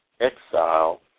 exile